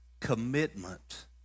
commitment